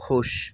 خوش